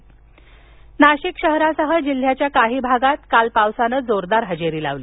नाशिक पाऊस नाशिकशहरासह जिल्ह्याच्या काही भागात आज पावसाने जोरदार हजेरी लावली